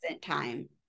time